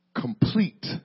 complete